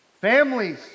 families